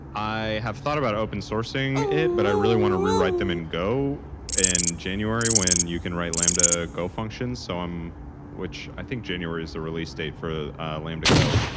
i have thought about open sourcing it, but i really want to rewrite them in go in january when you can write lambda go functions, so um which i think january is the release date for lambda go,